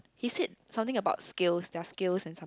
he said something about skills their skills and some~